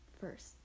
first